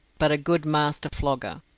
but a good master flogger.